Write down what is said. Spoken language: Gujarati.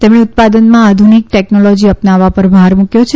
તેમણે ઉત્પાદનમાં આધુનિક ટેકનોલોજી અપનાવવા પર ભાર મૂક્યો છે